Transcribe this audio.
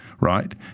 right